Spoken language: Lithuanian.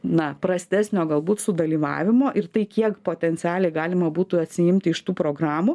na prastesnio galbūt sudalyvavimo ir tai kiek potencialiai galima būtų atsiimti iš tų programų